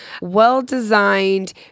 well-designed